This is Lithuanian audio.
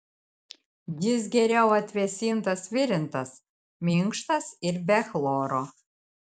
jis geriau atvėsintas virintas minkštas ir be chloro